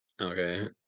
Okay